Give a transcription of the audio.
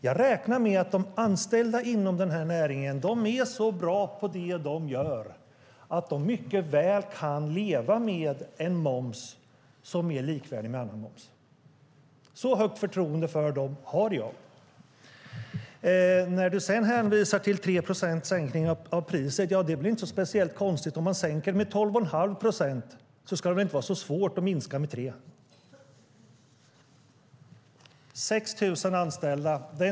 Jag räknar med att de anställda inom näringen är så bra på det de gör att de mycket väl kan leva med en moms som är likvärdig med annan moms. Så högt förtroende för dem har jag. Du hänvisar till 3 procents sänkning av priset. Det är inte speciellt konstigt - om man sänker med 12,5 procent ska det väl inte vara så svårt att minska med 3 procent. 6 000 anställda, säger Hans Rothenberg.